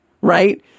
right